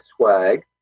swag